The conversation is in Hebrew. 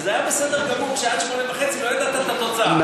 וזה היה בסדר גמור שעד 20:30 לא ידעת את התוצאה,